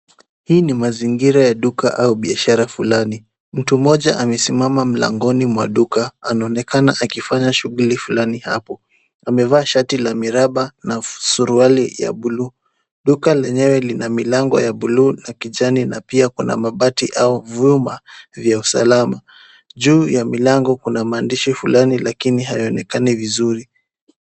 Hii ni mazingira ya duka au biashara fulani. Mtu mmoja amesimama mlangoni mwa duka anaonekana akifanya shughuli fulani hapo. Amevaa shati la miraba na suruali ya buluu. Duka lenyewe lina milango ya buluu na kijani na pia kuna mabati au vyuma vya usalama. Juu ya milango kuna maandishi fulani lakini hayaonekani vizuri.